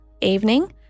evening